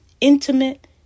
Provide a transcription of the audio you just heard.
Intimate